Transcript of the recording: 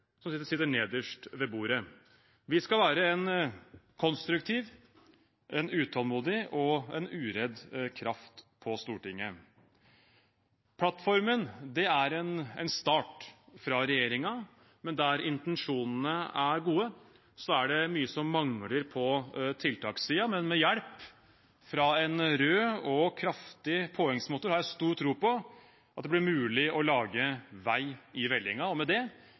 som sitter nederst ved bordet. Vi skal være en konstruktiv, en utålmodig og en uredd kraft på Stortinget. Plattformen er en start fra regjeringen, men der intensjonene er gode, er det mye som mangler på tiltakssiden. Men med hjelp fra en rød og kraftig påhengsmotor har jeg stor tro på at det blir mulig å lage vei i vellinga. Med det